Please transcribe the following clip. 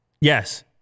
Yes